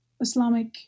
Islamic